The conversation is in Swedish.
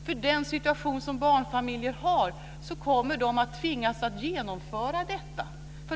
Med den situation som barnfamiljer har kommer de att tvingas att genomföra detta.